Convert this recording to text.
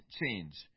change